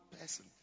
person